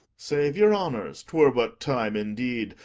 save your honours! twere but time indeed,